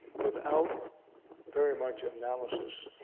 without very much analysis,